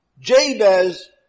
Jabez